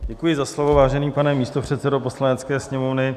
Děkuji za slovo, vážený pane místopředsedo Poslanecké sněmovny.